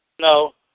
No